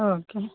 okay